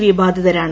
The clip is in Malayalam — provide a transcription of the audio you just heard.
വി ബാധിതരാണ്